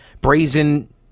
brazen